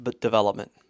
development